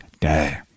day